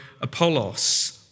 Apollos